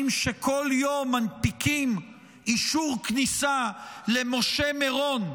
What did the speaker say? שבכל יום מנפיקים אישור כניסה למשה מירון,